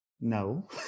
No